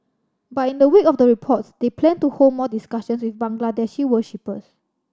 but in the wake of the reports they plan to hold more discussions with Bangladeshi worshippers